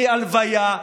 מהלוויה,